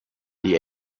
the